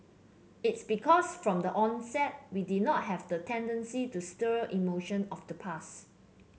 it's because from the onset we did not have the tendency to stir emotion of the past